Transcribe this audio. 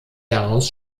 daraus